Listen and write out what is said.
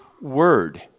word